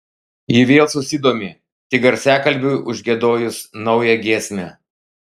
ji vėl susidomi tik garsiakalbiui užgiedojus naują giesmę